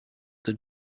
that